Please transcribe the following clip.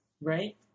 right